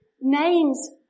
Names